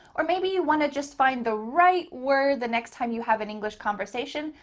or maybe you want to just find the right word the next time you have an english conversation,